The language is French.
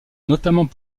notamment